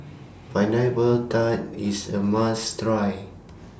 Pineapple Tart IS A must Try